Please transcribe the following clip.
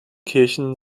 kirchen